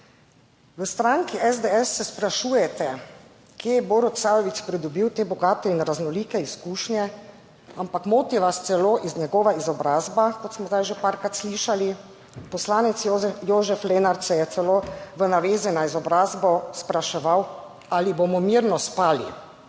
v stranki SDS se sprašujete, kje je Borut Sajovic pridobil te bogate in raznolike izkušnje, ampak moti vas celo njegova izobrazba, kot smo zdaj že parkrat slišali. Poslanec Jožef Lenart se je celo v navezi na izobrazbo spraševal ali bomo mirno spali.